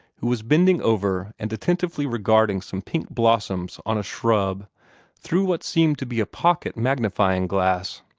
who was bending over and attentively regarding some pink blossoms on a shrub through what seemed to be a pocket magnifying-glass.